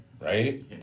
right